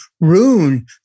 ruin